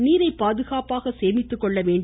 நீரை பாதுகாப்பாக சேமித்துக்கொள்ள வேண்டும்